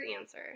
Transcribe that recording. answer